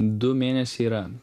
du mėnesiai yra